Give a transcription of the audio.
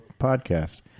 podcast